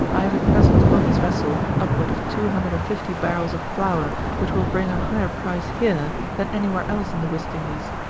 i have at present upon this vessel upward of two hundred and fifty barrels of flour which will bring a higher price here than anywhere else in the west indies.